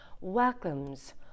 welcomes